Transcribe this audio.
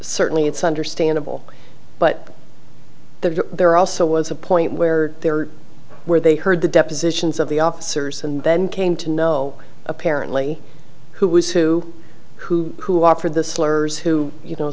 certainly it's understandable but the there also was a point where there where they heard the depositions of the officers and then came to know apparently who was who who who offered the slurs who you